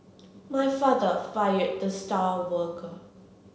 my father fired the star worker